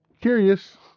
curious